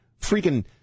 freaking